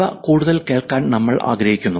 ഇവ കൂടുതൽ കേൾക്കാൻ നമ്മൾ ആഗ്രഹിക്കുന്നു